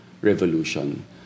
revolution